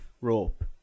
rope